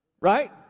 Right